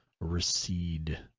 recede